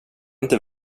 inte